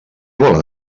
volen